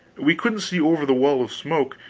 we couldn't see over the wall of smoke,